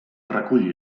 reculli